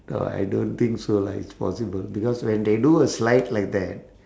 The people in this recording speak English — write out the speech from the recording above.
no I don't think so lah it's possible because when they do a slide like that